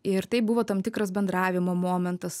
ir tai buvo tam tikras bendravimo momentas